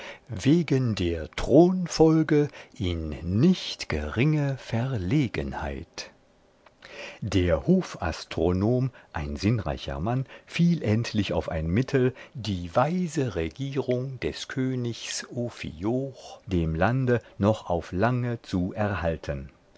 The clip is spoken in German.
wegen der thronfolge in nicht geringe verlegenheit der hofastronom ein sinnreicher mann fiel endlich auf ein mittel die weise regierung das königs ophioch dem lande noch auf lange jahre zu erhalten